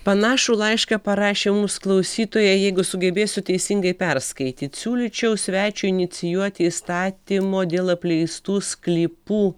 panašų laišką parašė mums klausytoja jeigu sugebėsiu teisingai perskaityt siūlyčiau svečiui inicijuoti įstatymo dėl apleistų sklypų